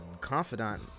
confidant